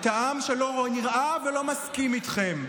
את העם שלא נראה ולא מסכים איתכם.